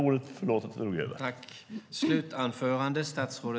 Förlåt att jag drog över talartiden.